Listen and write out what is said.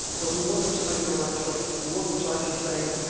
but we want to make the right choice. we want them to actually say,